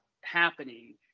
happening